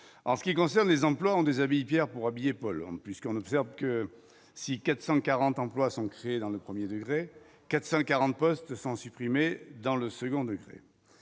en ce qui concerne les emplois on déshabille Pierre pour habiller Paul, puisqu'on observe que si 440 emplois sont créés dans le 1er degré 440 postes sont supprimés dans le second degré,